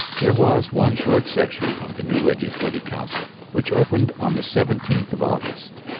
there was one short session of the new legislative council, which opened on the seventeenth of august.